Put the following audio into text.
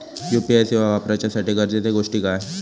UPI सेवा वापराच्यासाठी गरजेचे गोष्टी काय?